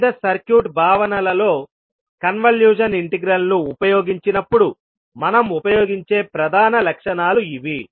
వివిధ సర్క్యూట్ భావనలలో convolution integral ను ఉపయోగించినప్పుడు మనం ఉపయోగించే ప్రధాన లక్షణాలు ఇవి